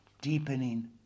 deepening